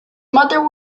mother